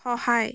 সহায়